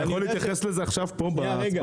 אתה יכול להתייחס לזה עכשיו בהצבעה?